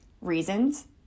reasons